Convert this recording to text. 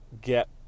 get